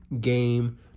game